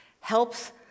helps